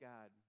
God